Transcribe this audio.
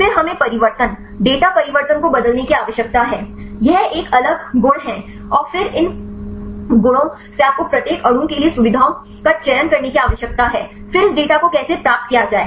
फिर हमें परिवर्तन डेटा परिवर्तन को बदलने की आवश्यकता है यह एक अलग गुण है और फिर इन गुणों से आपको प्रत्येक अणु के लिए सुविधाओं का चयन करने की आवश्यकता है फिर इस डेटा को कैसे प्राप्त किया जाए